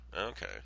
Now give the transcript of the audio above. Okay